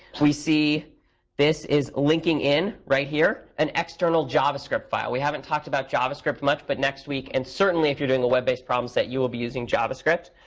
we see this is linking in, right here, an external javascript file. we haven't talked about javascript much, but next week and certainly if you're doing a web-based problem set, you will be using javascript.